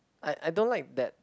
I I don't like that